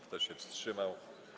Kto się wstrzymał?